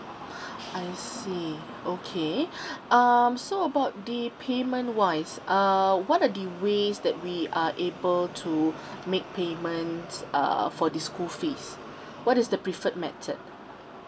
I see okay um so about the payment wise uh what are the ways that we uh able to make payments uh for the school fees what is the preferred method